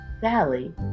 Sally